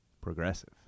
Progressive